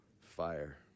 fire